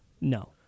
No